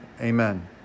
amen